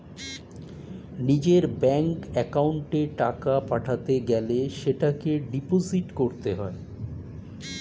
নিজের ব্যাঙ্ক অ্যাকাউন্টে টাকা পাঠাতে গেলে সেটাকে ডিপোজিট করতে হয়